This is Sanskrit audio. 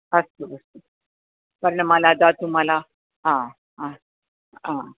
अस्तु अस्तु वर्णमाला धातुमाला हा अस्तु हा